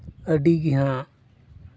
ᱟᱹᱰᱤ ᱜᱮ ᱦᱟᱸᱜ